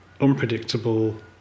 unpredictable